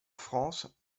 france